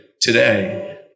today